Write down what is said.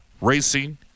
Racing